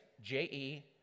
j-e